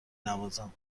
نوازم